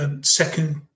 second